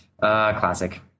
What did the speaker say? classic